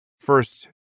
First